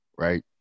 right